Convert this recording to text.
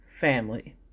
Family